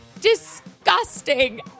disgusting